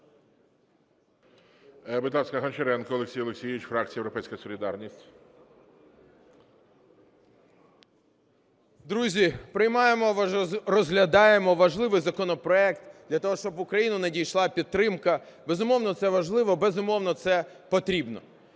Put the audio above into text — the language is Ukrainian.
Друзі, приймаємо, розглядаємо важливий законопроект для того, щоб в Україну надійшла підтримка. Безумовно, це важливо, безумовно, це потрібно.